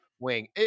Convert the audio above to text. wing